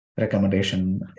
recommendation